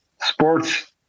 sports